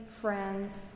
friends